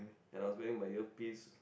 and I was wearing my earpieces